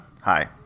Hi